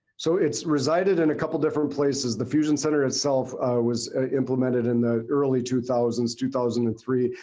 so it's resided in a couple different places the fusion center itself was implemented in the early two thousands two thousand and three.